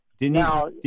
Now